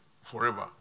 forever